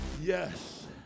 Yes